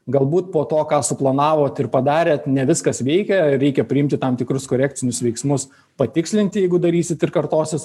galbūt po to ką suplanavot ir padarėt ne viskas veikia ir reikia priimti tam tikrus korekcinius veiksmus patikslinti jeigu darysit ir kartosis